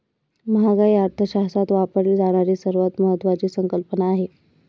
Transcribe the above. महागाई अर्थशास्त्रात वापरली जाणारी सर्वात महत्वाची संकल्पना आहे